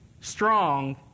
strong